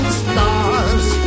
stars